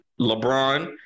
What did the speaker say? LeBron